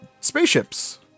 spaceships